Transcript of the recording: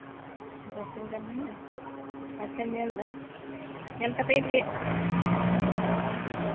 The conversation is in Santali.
ᱵᱟᱨᱥᱤᱧ ᱜᱟᱱ ᱦᱩᱭᱱᱟ ᱟᱪᱪᱷᱟᱧ ᱧᱮᱞ ᱮᱫᱟ ᱧᱮᱞ ᱠᱟᱛᱮ ᱞᱟᱹᱭ